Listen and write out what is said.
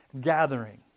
gathering